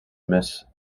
miss